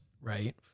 right